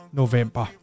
november